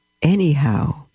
Anyhow